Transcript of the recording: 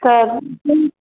तऽ